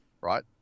right